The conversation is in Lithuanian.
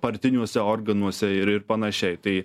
partiniuose organuose ir ir panašiai tai